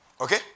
Okay